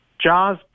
Jaws